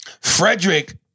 Frederick